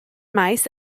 mice